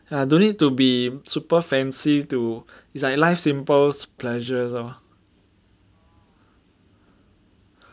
ya don't need to be super fancy to it's life's simple pleasures lor